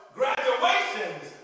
graduations